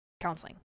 counseling